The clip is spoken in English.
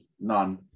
none